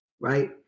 right